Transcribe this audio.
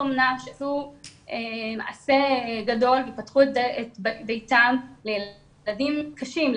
אומנה שעשו מעשה גדול ופתחו את ביתם לילדים קשים,